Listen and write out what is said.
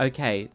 Okay